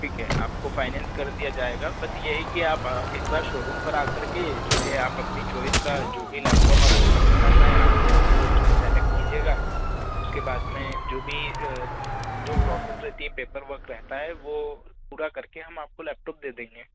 ठीक है आपको फ़ाइनैंस कर दिया जाएगा बस यह है कि आप एक बार शोरूम पर आकर के जो यह आप अपनी चोइस का जो भी लैपटॉप आपको पसंद आता है आप वह जो है सेलेक्ट कीजिएगा उसके बाद में जो भी जो प्रोसेस रहती है पेपर वर्क रहता है वह पूरा करके हम आपको लैपटॉप दे देंगे